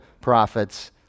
prophets